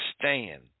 stand